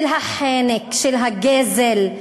של החנק, של הגזל,